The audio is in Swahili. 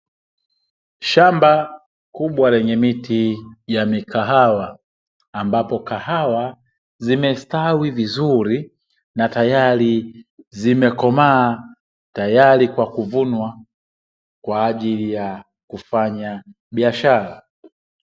Shamba kubwa lenye miti ya mikahawa ambapo kahawa zimestawi vizuri na tayari zimekomaa tayari kwa kuvunwa kwa ajili ya kufanya biashara.